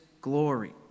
glory